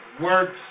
works